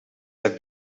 have